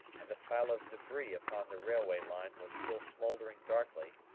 and the pile of debris upon the railway line was still smoldering darkly,